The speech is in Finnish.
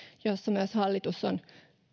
jossa myös hallitus on